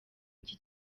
iki